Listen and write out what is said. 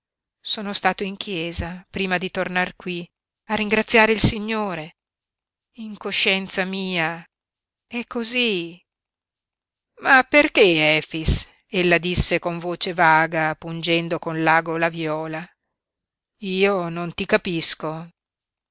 sono stato in chiesa prima di tornar qui a ringraziare il signore in coscienza mia è cosí ma perché efix ella disse con voce vaga pungendo con l'ago la viola io non ti capisco